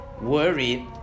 worried